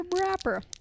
wrapper